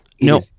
No